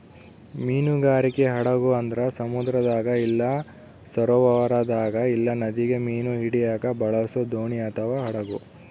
ಮೀನುಗಾರಿಕೆ ಹಡಗು ಅಂದ್ರ ಸಮುದ್ರದಾಗ ಇಲ್ಲ ಸರೋವರದಾಗ ಇಲ್ಲ ನದಿಗ ಮೀನು ಹಿಡಿಯಕ ಬಳಸೊ ದೋಣಿ ಅಥವಾ ಹಡಗು